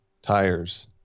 tires